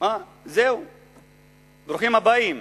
ברוכים הבאים.